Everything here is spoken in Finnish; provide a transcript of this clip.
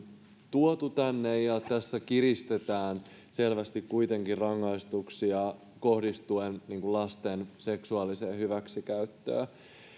tuotu tänne ja tässä kiristetään kuitenkin selvästi rangaistuksia kohdistuen lasten seksuaaliseen hyväksikäyttöön